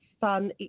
fun